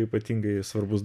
ypatingai svarbus